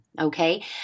okay